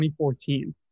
2014